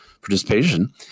participation